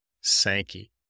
Sankey